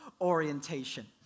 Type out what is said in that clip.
orientation